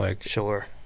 sure